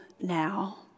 now